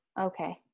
Okay